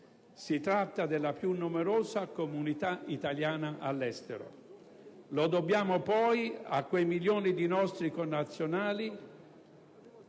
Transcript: si tratta della più numerosa comunità italiana all'estero. Lo dobbiamo poi a quei milioni di nostri connazionali